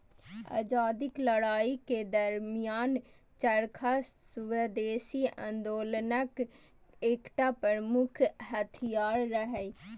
आजादीक लड़ाइ के दरमियान चरखा स्वदेशी आंदोलनक एकटा प्रमुख हथियार रहै